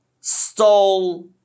stole